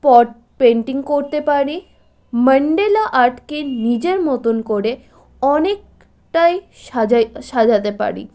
পট painting করতে পারি মান্ডালা আর্টকে নিজের মতন করে অনেকটাই সাজাই সাজাতে পারি